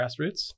grassroots